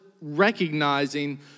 recognizing